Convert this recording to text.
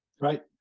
Right